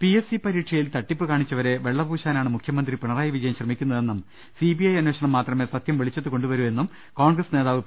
PSC പരീക്ഷയിൽ തട്ടിപ്പ് കാണിച്ചവരെ വെള്ളപൂശാനാ ണ് മുഖ്യമന്ത്രി പിണറായി വിജയൻ ശ്രമിക്കുന്നതെന്നും സിബിഐ അന്വേഷണം മാത്രമേ സത്യം വെളിച്ചത്തുകൊണ്ടു വരൂ എന്നും കോൺഗ്രസ് നേതാവ് പി